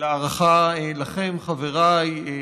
והערכה לכם, חבריי,